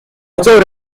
also